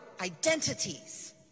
identities